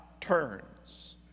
turns